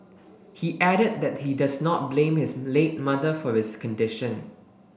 he added that he does not blame his late mother for his condition